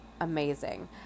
amazing